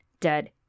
dead